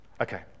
Okay